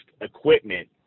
equipment